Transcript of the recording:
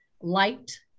liked